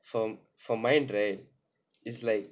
from from my right is like